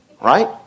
Right